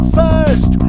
first